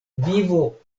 vivo